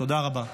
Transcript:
תודה רבה.